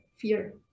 fear